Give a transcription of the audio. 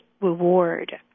reward